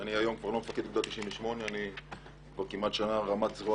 אני כבר לא מפקד אוגדה 98 וכבר מעל לשנה רמ"ט זרוע